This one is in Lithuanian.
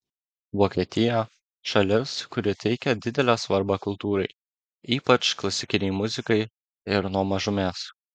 vokietija šalis kuri teikia didelę svarbą kultūrai ypač klasikinei muzikai ir nuo mažumės